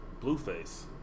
Blueface